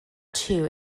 two